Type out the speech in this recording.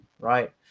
right